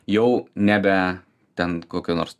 jau nebe ten kokio nors